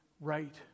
right